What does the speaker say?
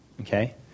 okay